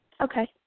okay